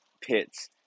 pits